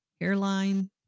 hairline